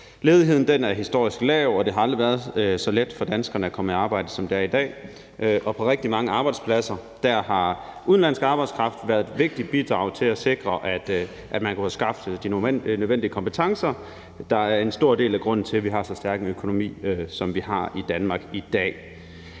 Ledigheden er historisk lav, og det har aldrig været så let for danskerne at komme i arbejde, som det er i dag. På rigtig mange arbejdspladser har udenlandsk arbejdskraft været et vigtigt bidrag til at sikre, at man kunne skaffe de nødvendige kompetencer. Det er en stor del af grunden til, at vi har så stærk en økonomi, som vi har i Danmark i dag.